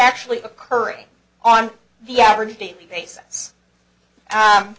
actually occurring on the average daily basis